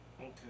Okay